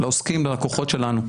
לעוסקים בכוחות שלנו.